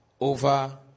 over